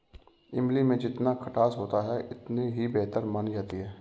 इमली में जितना खटास होता है इतनी ही बेहतर मानी जाती है